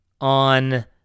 on